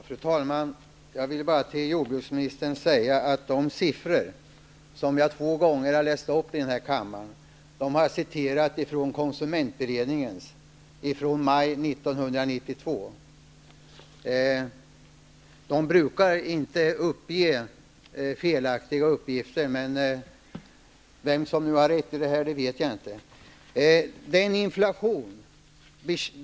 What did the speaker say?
Fru talman! Jag vill säga till jordbruksministern att de siffror som jag två gånger har läst upp i denna kammare är citerade från konsumentberedningens information lämnad i maj 1992. Konsumentberedningen brukar inte lämna felaktiga uppgifter. Vem som har rätt i det här fallet vet jag emellertid inte.